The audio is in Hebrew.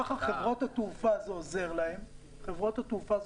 כך זה עוזר לחברות התעופה,